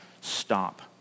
stop